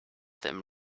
them